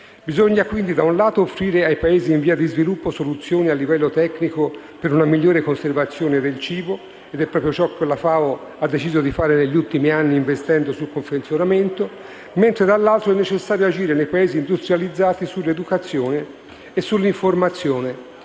Bisogna, quindi, da un lato, offrire ai Paesi in via di sviluppo soluzioni a livello tecnico per una migliore conservazione del cibo - ed è proprio ciò che la FAO ha deciso di fare negli ultimi anni investendo sul confezionamento - mentre, dall'altro, è necessario agire nei Paesi industrializzati sull'educazione e sull'informazione